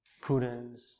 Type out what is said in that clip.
prudence